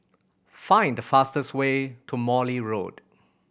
find the fastest way to Morley Road